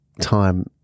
time